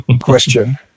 question